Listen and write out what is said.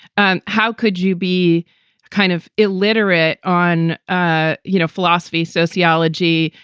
and how could you be kind of illiterate on, ah you know, philosophy, sociology,